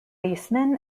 baseman